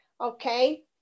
Okay